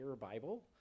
Bible